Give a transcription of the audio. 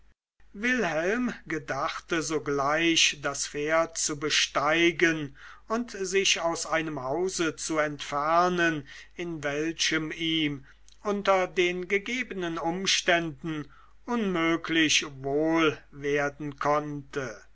wilhelm gedachte sogleich das pferd zu besteigen und sich aus einem hause zu entfernen in welchem ihm unter den gegebenen umständen unmöglich wohl werden konnte